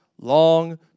long